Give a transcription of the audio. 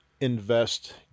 invest